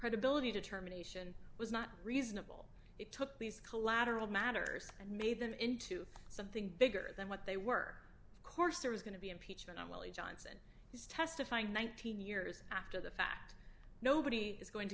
credibility determination was not reasonable it took these collateral matters and made them into something bigger than what they were of course there was going to be impeachment on willie johnson he's testifying nineteen years after the fact nobody is going